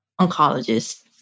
oncologist